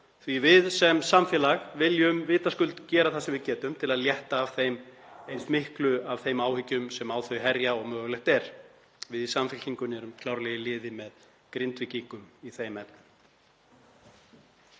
að við sem samfélag viljum vitaskuld gera það sem við getum til að létta af þeim eins miklu af þeim áhyggjum sem á þau herja og mögulegt er. Við í Samfylkingunni erum klárlega í liði með Grindvíkingum í þeim efnum.